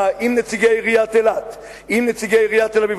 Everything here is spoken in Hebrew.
עם נציגי עיריית אילת ועם נציגי עיריית תל-אביב.